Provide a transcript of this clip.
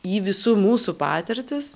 į visų mūsų patirtis